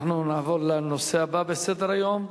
נעבור לנושא הבא בסדר-היום: